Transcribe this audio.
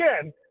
again